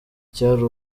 cyari